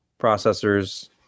processors